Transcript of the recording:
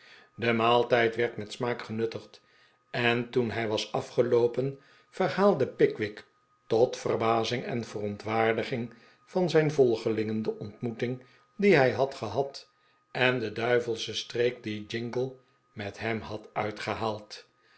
de maaltijd werd met smaak genuttigd en toen hij was afgeloopen verhaalde pickwick tot verbazing en verontwaardiging van zijn volgelingen de ontmoeting die hij had gehad en de duivelsche streek die jingle met hem had uitgehaald